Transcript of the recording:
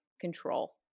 control